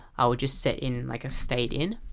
ah we just set in like a fade in